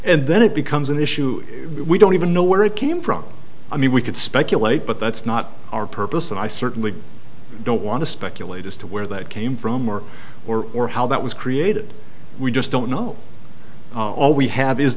and then it becomes an issue we don't even know where it came from i mean we could speculate but that's not our purpose and i certainly don't want to speculate as to where that came from or or or how that was created we just don't know all we have is